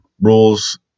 rules